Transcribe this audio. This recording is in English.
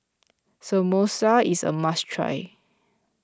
Samosa is a must try